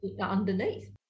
underneath